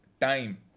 time